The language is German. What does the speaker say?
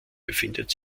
befindet